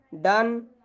done